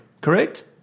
correct